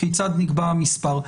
כיצד נקבע המספר.